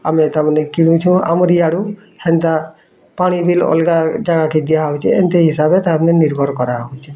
ଆମେ ତା ମାନେ କିଣୁଛୁ ଆମର ଇଆଡୁ ହେନ୍ତା ପାଣି ବିଲ୍ ଅଲଗା ଜାଗା କେ ଦିଆ ହଉଛେ ଏମିତି ହିସାବେ ତ ମାନେ ନିର୍ଭର କରାହଉଛି